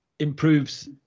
improves